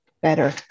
better